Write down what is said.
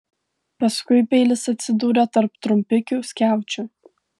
paskui peilis atsidūrė tarp trumpikių skiaučių